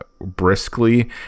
briskly